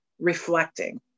reflecting